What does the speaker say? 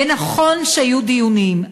ונכון שהיו דיונים,